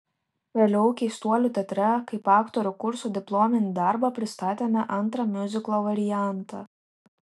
vėliau keistuolių teatre kaip aktorių kurso diplominį darbą pristatėme antrą miuziklo variantą